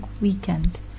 weekend